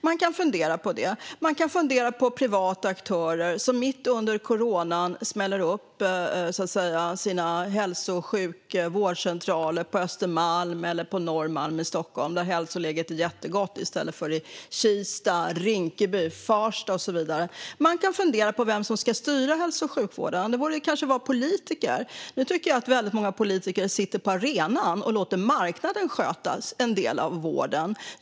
Man kan fundera på det. Man kan också fundera över privata aktörer som mitt under coronan smäller upp sina hälso, sjuk och vårdcentraler på Östermalm eller Norrmalm i Stockholm, där hälsoläget är jättegott, i stället för i Kista, Rinkeby, Farsta och så vidare. Man kan fundera över vem som ska styra hälso och sjukvården. Det borde kanske vara politiker. Jag tycker att väldigt många politiker nu sitter på åskådarplats och låter marknaden sköta en del av vården.